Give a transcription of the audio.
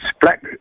black